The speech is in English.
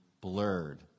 blurred